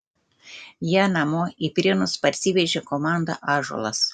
ją namo į prienus parsivežė komanda ąžuolas